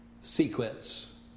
sequence